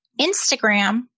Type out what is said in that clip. instagram